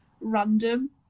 random